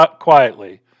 quietly